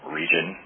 region